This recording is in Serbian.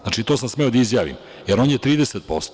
Znači, to sam smeo da izjavim, jer on je 30%